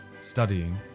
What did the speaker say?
studying